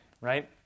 right